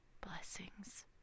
blessings